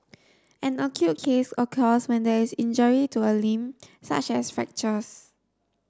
an acute case occurs when there is injury to a limb such as fractures